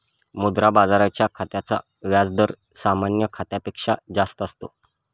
मुद्रा बाजाराच्या खात्याचा व्याज दर सामान्य खात्यापेक्षा जास्त असतो